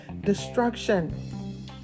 destruction